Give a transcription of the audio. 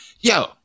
yo